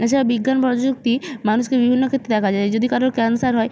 এছাড়া বিজ্ঞান প্রযুক্তি মানুষের বিভিন্ন ক্ষেত্রে দেখা যায় যদি কারোর ক্যানসার হয়